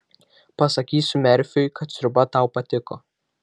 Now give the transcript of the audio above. pasakysiu merfiui kad sriuba tau patiko